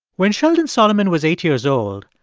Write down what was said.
when sheldon solomon was eight years old,